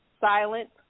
silent